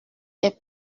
est